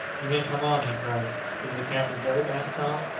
you may come on, he cried. is the camp deserted? asked tom.